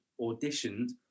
auditioned